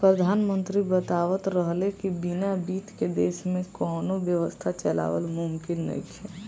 प्रधानमंत्री बतावत रहले की बिना बित्त के देश में कौनो व्यवस्था चलावल मुमकिन नइखे